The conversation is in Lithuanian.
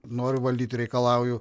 noriu valdyti reikalauju